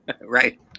Right